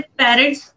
parents